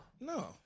No